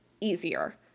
easier